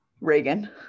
Reagan